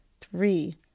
three